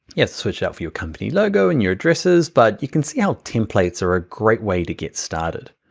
yeah switch out for your company logo and your addresses, but you can see how templates are a great way to get started.